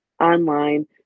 online